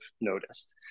noticed